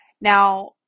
Now